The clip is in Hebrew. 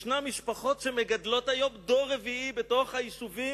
יש משפחות שמגדלות היום דור רביעי ביישובים